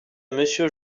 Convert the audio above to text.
monsieur